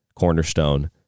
cornerstone